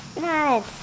No